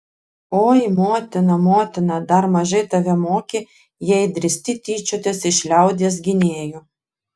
oi motina motina dar mažai tave mokė jei drįsti tyčiotis iš liaudies gynėjų